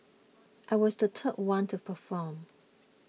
I was the third one to perform